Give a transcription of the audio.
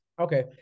Okay